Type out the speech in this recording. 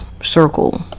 circle